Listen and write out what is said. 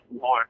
more